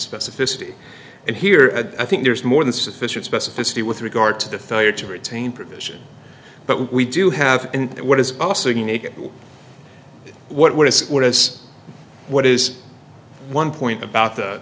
specificity and here i think there's more than sufficient specificity with regard to the fire to retain provision but we do have in the what is also what is what is what is one point about